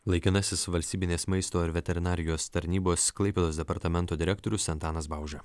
laikinasis valstybinės maisto ir veterinarijos tarnybos klaipėdos departamento direktorius antanas bauža